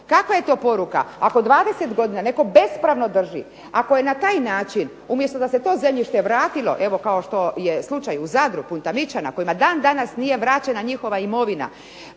Kakva je to poruka? Ako dvadeset godina netko bespravno drži, ako je na taj način umjesto da se to zemljište vratilo evo kao što je slučaj u Zadru Puntaničana kojima dan danas nije vraćena njihova imovina